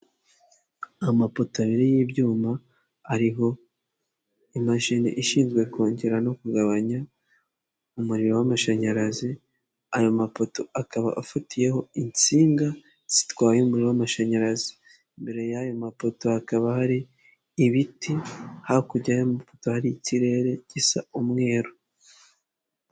Amapoto abiri y'ibyuma ariho imashini ishinzwe kongera no kugabanya umuriro w'amashanyarazi, ayo mapoto akaba afatiyeho insinga zitwaye umuriro w'amashanyarazi, imbere y'ayo mapoto hakaba hari ibiti, hakurya y'amapoto hari ikirere gisa umweru.